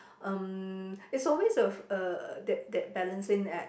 um it's always a a that that balancing act